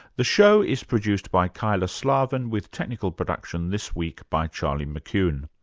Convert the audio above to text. the show is produced by kyla slaven, with technical production this week by charlie mccune.